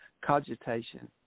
Cogitation